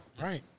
right